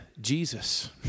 Jesus